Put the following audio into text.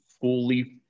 fully